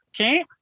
okay